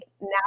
now